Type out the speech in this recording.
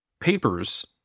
papers